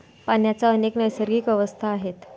पाण्याच्या अनेक नैसर्गिक अवस्था आहेत